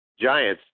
giants